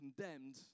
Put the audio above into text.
condemned